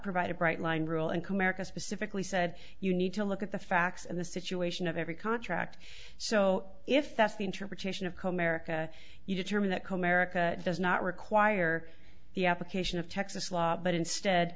provide a bright line rule and comerica specifically said you need to look at the facts and the situation of every contract so if that's the interpretation of comerica you determine that comerica does not require the application of texas law but instead